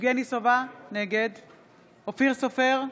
יבגני סובה, נגד אופיר סופר,